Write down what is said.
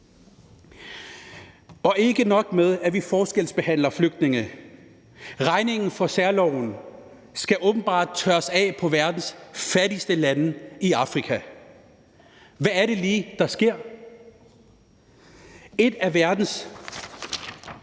Og ikke nok med, at vi forskelsbehandler flygtninge, så skal regningen for særloven åbenbart tørres af på verdens fattigste lande i Afrika. Hvad er det lige, der sker? Et af verdens